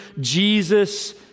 Jesus